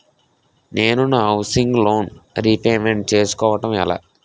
నేను నా housing loan repayment చేసుకోవటం ఎలా?